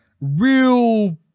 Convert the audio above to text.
real